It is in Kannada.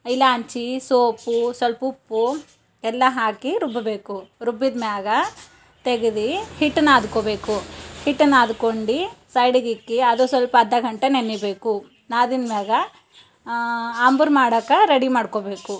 ಇಲೈಚಿ ಸೋಂಪು ಸ್ವಲ್ಪುಪ್ಪು ಎಲ್ಲ ಹಾಕಿ ರುಬ್ಬಬೇಕು ರುಬ್ಬಿದ್ಮ್ಯಾಗ ತೆಗೆದು ಹಿಟ್ಟು ನಾದ್ಕೊಳ್ಬೇಕು ಹಿಟ್ಟು ನಾದ್ಕೊಂಡು ಸೈಡಿಗಿಕ್ಕಿ ಅದು ಸ್ವಲ್ಪ ಅರ್ಧ ಗಂಟೆ ನೆನಿಬೇಕು ನಾದಿನ್ಮ್ಯಾಗ ಆಂಬೂರು ಮಾಡೋಕೆ ರೆಡಿ ಮಾಡ್ಕೊಳ್ಬೇಕು